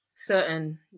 Certain